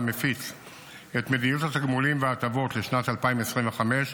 את מדיניות התגמולים וההטבות לשנת 2025,